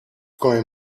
come